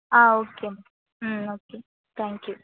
ah okay hmm okay thank you